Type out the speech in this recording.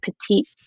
petite